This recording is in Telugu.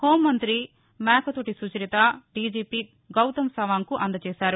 హోంమంతి మేకతోటి సుచరిత డీజీపీ గౌతమ్ సవాంగ్ కు అందజేశారు